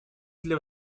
для